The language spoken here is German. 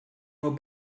nur